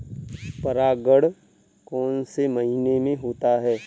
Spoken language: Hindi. परागण कौन से महीने में होता है?